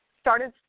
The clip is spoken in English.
started